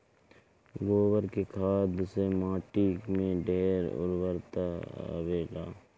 गोबर के खाद से माटी में ढेर उर्वरता आवेला